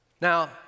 Now